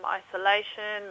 isolation